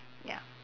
ya